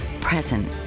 present